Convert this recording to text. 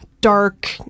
dark